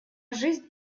жизнь